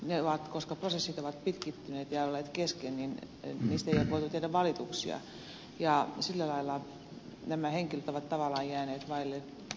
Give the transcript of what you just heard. ja koska prosessit ovat pitkittyneet ja olleet kesken niistä ei ole voitu tehdä valituksia ja sillä lailla nämä henkilöt ovat tavallaan jääneet vaille oikeutta